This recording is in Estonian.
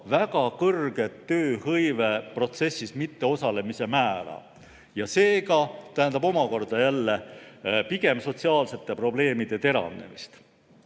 väga kõrget tööhõiveprotsessis mitteosalemise määra ja see omakorda viitab pigem sotsiaalsete probleemide teravnemisele.